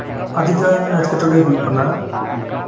ᱟᱹᱰᱤ ᱜᱟᱱ ᱮᱸᱴᱠᱮᱴᱚᱲᱮ ᱦᱳᱭᱳᱜ ᱠᱟᱱᱟ